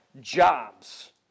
jobs